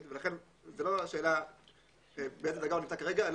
ולכן זה לא השאלה באיזה דרגה הוא נמצא כרגע.